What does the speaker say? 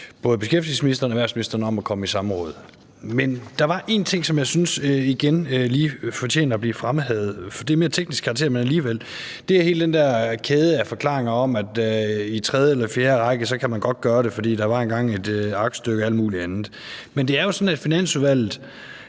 både beskæftigelsesministeren og erhvervsministeren om at komme i samråd. Men der er en ting, som jeg syntes igen lige fortjener at blive fremhævet, selv om det er af mere teknisk karakter, og det er hele den der kæde af forklaringer om, at man godt kan gøre det i tredje eller fjerde række, fordi der engang var et aktstykke og al mulig andet. Men det er jo sådan, at Finansudvalget